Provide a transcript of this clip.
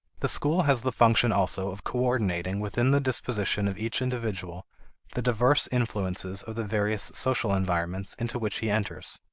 the school has the function also of coordinating within the disposition of each individual the diverse influences of the various social environments into which he enters.